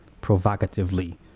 provocatively